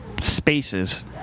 spaces